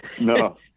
No